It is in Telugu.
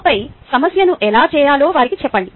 ఆపై సమస్యను ఎలా చేయాలో వారికి చెప్పండి